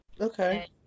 Okay